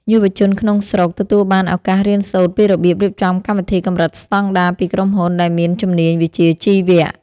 យុវជនក្នុងស្រុកទទួលបានឱកាសរៀនសូត្រពីរបៀបរៀបចំកម្មវិធីកម្រិតស្តង់ដារពីក្រុមហ៊ុនដែលមានជំនាញវិជ្ជាជីវៈ។